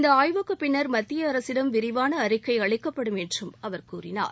இந்த ஆய்வுக்குப் பின்னர் மத்திய அரசிடம் விரிவான அறிக்கை அளிக்கப்படும் என்றும் அவர் கூறினார்